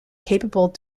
capable